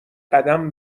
قدم